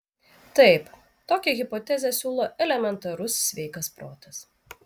taip tokią hipotezę siūlo elementarus sveikas protas